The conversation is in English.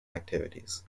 activities